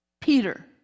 Peter